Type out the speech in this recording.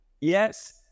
yes